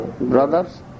brothers